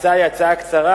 ההצעה היא הצעה קצרה,